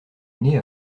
nez